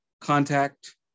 contact